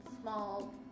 Small